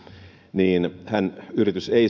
niin yritys ei